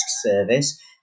service